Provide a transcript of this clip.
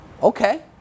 okay